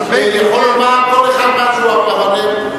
ויכול לומר כל אחד משהו בפרלמנט.